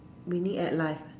winning at life ah